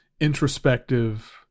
introspective